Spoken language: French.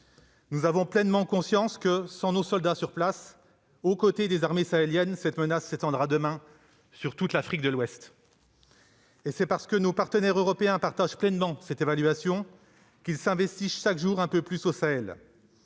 Nous avons pleinement conscience que, sans nos soldats sur place, aux côtés des armées sahéliennes, cette menace s'étendra demain à toute l'Afrique de l'Ouest. C'est parce que nos partenaires européens partagent pleinement cette analyse qu'ils s'investissent chaque jour un peu plus au Sahel.